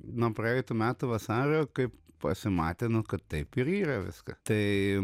nuo praeitų metų vasario kai pasimatė nu kad taip ir yra viska tai